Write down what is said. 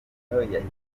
yahitanye